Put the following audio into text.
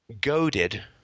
Goaded